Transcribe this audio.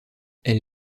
elle